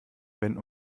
wenn